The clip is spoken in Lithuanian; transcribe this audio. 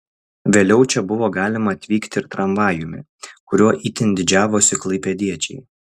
vėliau čia buvo galima atvykti ir tramvajumi kuriuo itin didžiavosi klaipėdiečiai